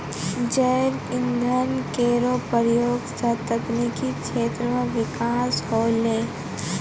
जैव इंधन केरो प्रयोग सँ तकनीकी क्षेत्र म बिकास होलै